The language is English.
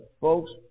Folks